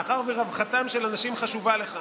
מאחר שרווחתם של אנשים חשובה לך,